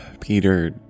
Peter